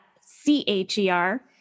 C-H-E-R